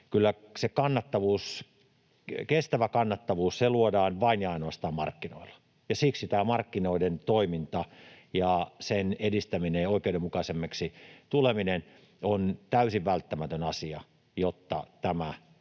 kyllä se kestävä kannattavuus luodaan vain ja ainoastaan markkinoilla, ja siksi tämä markkinoiden toiminta ja sen edistäminen ja oikeudenmukaisemmaksi tuleminen on täysin välttämätön asia, jotta tämä